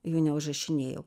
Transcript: jų neužrašinėjau